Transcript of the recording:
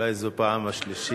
אולי זו הפעם השלישית